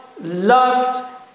loved